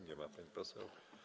Nie ma pani poseł.